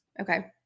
Okay